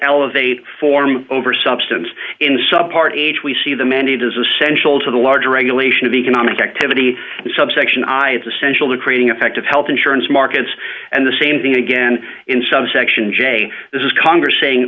elevate form over substance in some part age we see the mandate as essential to the larger regulation of economic activity subsection i it's essential to creating effective health insurance markets and the same thing again in subsection j this is congress saying